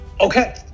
Okay